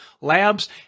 labs